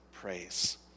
praise